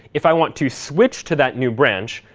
if i want to switch to that new branch,